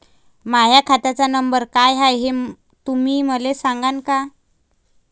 माह्या खात्याचा नंबर काय हाय हे तुम्ही मले सागांन का?